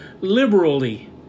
liberally